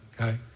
okay